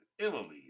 Emily